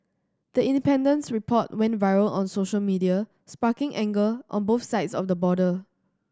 the Independent's report went viral on social media sparking anger on both sides of the border